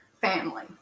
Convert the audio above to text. family